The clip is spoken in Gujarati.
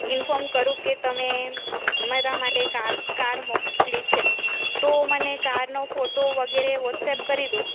ઇન્ફોર્મ કરું કે તમે મારા માટે કાર્સ કાર મોકલી છે તો મને કારનો ફોટો વગેરે વોટ્સએપ કરી દો